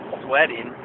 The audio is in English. sweating